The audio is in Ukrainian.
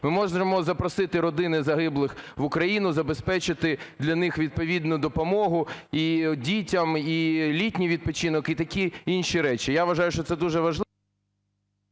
Ми можемо запросити родини загиблих в Україну, забезпечити для них відповідну допомогу і дітям, і літній відпочинок, і такі інші речі. Я вважаю, що це дуже важливо.